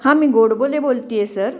हा मी गोडबोले बोलते आहे सर